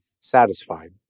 satisfied